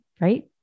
right